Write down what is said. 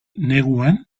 neguan